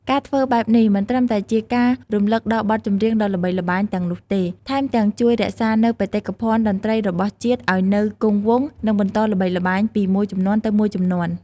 ការធ្វើបែបនេះមិនត្រឹមតែជាការរំលឹកដល់បទចម្រៀងដ៏ល្បីល្បាញទាំងនោះទេ ថែមទាំងជួយរក្សានូវបេតិកភណ្ឌតន្ត្រីរបស់ជាតិឱ្យនៅគង់វង្ស និងបន្តល្បីល្បាញពីមួយជំនាន់ទៅមួយជំនាន់ ។